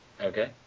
Okay